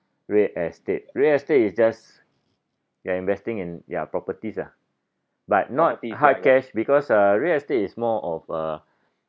real estate real estate is just you're investing in their properties lah but not hard cash because uh real estate is more of uh